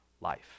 life